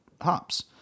hops